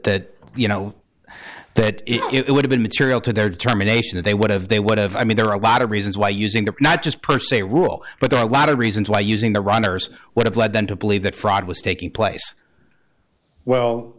that you know that it would have been material to their determination that they would have they would have i mean there are a lot of reasons why using a not just per se rule but there are a lot of reasons why using the runners would have led them to believe that fraud was taking place well